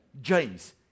James